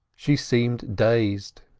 she seemed dazed.